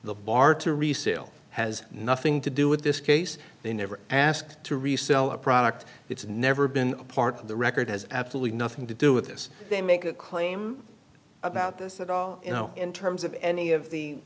the bar to resale has nothing to do with this case they never asked to resell a product it's never been a part of the record has absolutely nothing to do with this they make a claim about this at all in terms of any of the